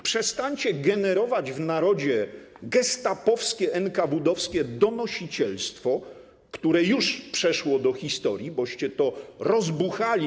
Przestańcie generować w narodzie gestapowskie, enkawudowskie donosicielstwo, które już przeszło do historii, boście to rozbuchali.